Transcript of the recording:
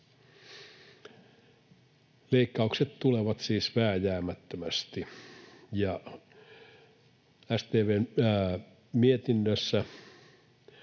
Leikkaukset tulevat siis vääjäämättömästi. Mietinnössä